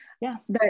Yes